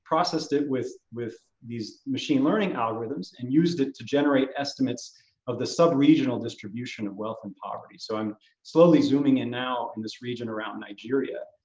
processed it with with these machine learning algorithms and used it to generate estimates of the sub-regional distribution of wealth and poverty. so i'm slowly zooming in now in this region around nigeria.